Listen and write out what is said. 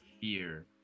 fear